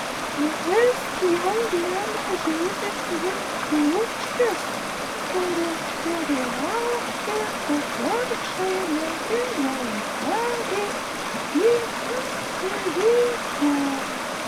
jis jau ne mažytis vilkiūkštis kuris turi laukti kad vargšai lėti beuodegiai ji pasivytų